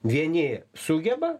vieni sugeba